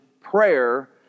prayer